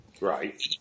right